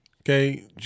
Okay